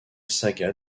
saga